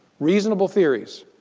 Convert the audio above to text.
reasonable theories.